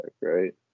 right